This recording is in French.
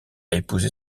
épousé